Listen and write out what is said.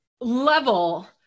level